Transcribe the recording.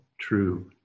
true